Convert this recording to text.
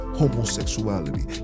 homosexuality